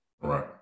Right